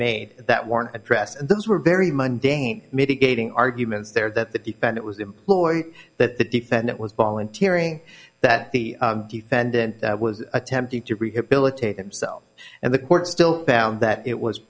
made that weren't address and those were very mundane mitigating arguments there that the defendant was employed that the defendant was volunteering that the defendant was attempting to rehabilitate himself and the court still found that it was